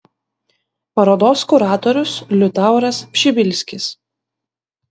parodos kuratorius liutauras pšibilskis